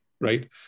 right